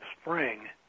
Spring